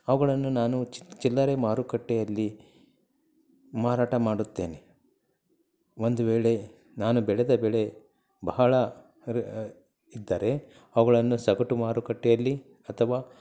ಅವುಗಳನ್ನು ನಾನು ಚಿ ಚಿಲ್ಲರೆ ಮಾರುಕಟ್ಟೆಯಲ್ಲಿ ಮಾರಾಟ ಮಾಡುತ್ತೇನೆ ಒಂದು ವೇಳೆ ನಾನು ಬೆಳೆದ ಬೆಳೆ ಬಹಳ ಇದ್ದರೆ ಅವುಗಳನ್ನು ಸಗಟು ಮಾರುಕಟ್ಟೆಯಲ್ಲಿ ಅಥವಾ